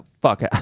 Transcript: fuck